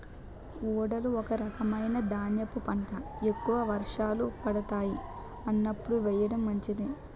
ఊదలు ఒక రకమైన ధాన్యపు పంట, ఎక్కువ వర్షాలు పడతాయి అన్నప్పుడు వేయడం మంచిది